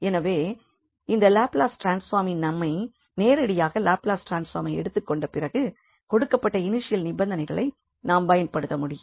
எனவே இந்த லாப்லஸ் ட்ரான்ஸ்பார்மின் நன்மை நேரடியாக லாப்லஸ் ட்ரான்ஸ்ஃபார்மை எடுத்துக் கொண்ட பிறகு கொடுக்கப்பட்ட இனிஷியல் நிபந்தனைகளை நாம் பயன்படுத்த முடியும்